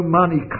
money